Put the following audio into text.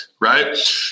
Right